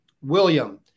William